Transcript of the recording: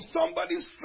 somebody's